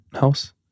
house